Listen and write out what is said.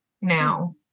now